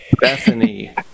Bethany